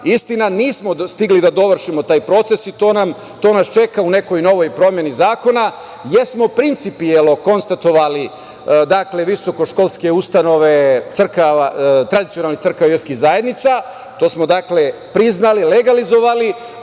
Istina nismo stigli da dovršimo taj proces i to nas čeka u nekoj novoj promeni zakona. Jesmo principijelno konstatovali visoko školske ustanove tradicionalnih crkava i verskih zajednica, to smo priznali, legalizovali. Ali,